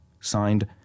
Signed